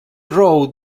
rode